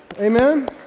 Amen